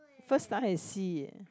first time I see